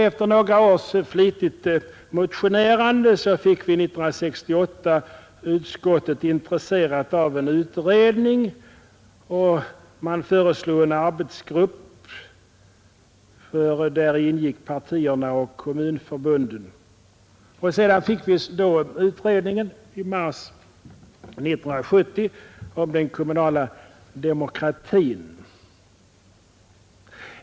Efter några års flitigt motionerande fick vi 1968 utskottet intresserat av en utredning, och man föreslog en arbetsgrupp. Däri ingick representanter för partierna och kommunförbunden. Sedan fick vi då utredningen i mars 1970 om den kommunala demokratin.